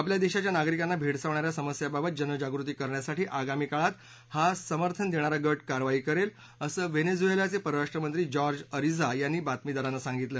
आपल्या देशाच्या नागरिकांना भेडसावणा या समस्याबाबत जनजागृती करण्यासाठी आगामी काळात हा समर्थन देणारा गट कारवाई करेल असं व्हेनेझुएलाचे परराष्ट्र मंत्री जॉर्गे अरेज्ञा यांनी बातमीदारांना सांगितलं